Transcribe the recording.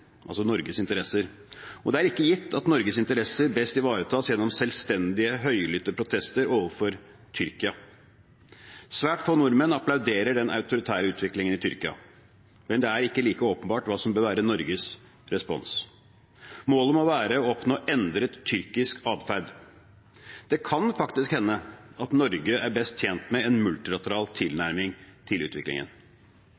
altså Norges interesser – og det er ikke gitt at Norges interesser best ivaretas gjennom selvstendige, høylytte protester overfor Tyrkia. Svært få nordmenn applauderer den autoritære utviklingen i Tyrkia, men det er ikke like åpenbart hva som bør være Norges respons. Målet må være å oppnå endret tyrkisk atferd. Det kan faktisk hende at Norge er best tjent med en multilateral